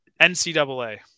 NCAA